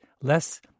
less